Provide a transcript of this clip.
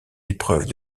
épreuves